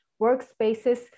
workspaces